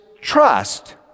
trust